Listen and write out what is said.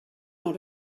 dans